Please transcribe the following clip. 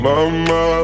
Mama